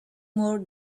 more